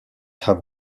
have